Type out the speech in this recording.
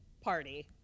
party